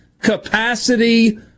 capacity